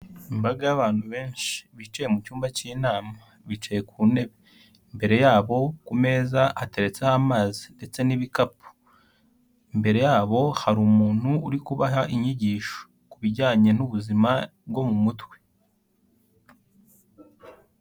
Imbaga y'abantu benshi, bicaye mu cyumba cy'inama, bicaye ku ntebe. Imbere yabo ku meza hateretseho amazi ndetse n'ibikapu. Imbere yabo hari umuntu uri kubaha inyigisho ku bijyanye n'ubuzima bwo mu mutwe.